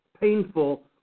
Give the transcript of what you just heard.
painful